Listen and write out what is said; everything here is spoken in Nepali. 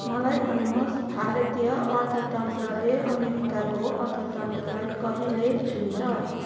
मलाई भन्नुहोस् भारतीय अर्थतन्त्रले अमेरिकाको अर्थतन्त्रलाई कहिले छुन्छ